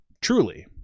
truly